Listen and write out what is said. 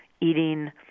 eating